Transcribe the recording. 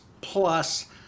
plus